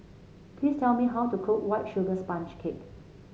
please tell me how to cook White Sugar Sponge Cake